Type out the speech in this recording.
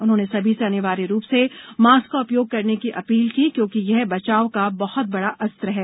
उन्होंने सभी से अनिवार्य रूप से मास्क का उपयोग करने की अपील की क्योंकि यह बचाव का बहुत बड़ा अस्त्र है